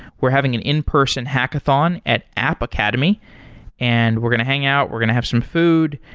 we're having an in-person hackathon at app academy and we're going to hang out. we're going to have some food.